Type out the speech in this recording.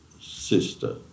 sister